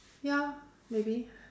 ya maybe